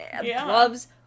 gloves